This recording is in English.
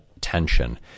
tension